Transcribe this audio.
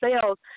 sales